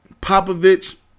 Popovich